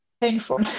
painful